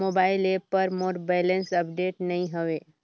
mobile app पर मोर balance update नई हवे